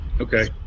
Okay